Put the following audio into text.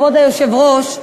כבוד היושב-ראש,